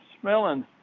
smelling